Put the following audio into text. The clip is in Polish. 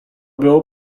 było